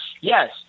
Yes